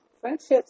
friendships